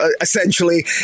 essentially